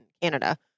Canada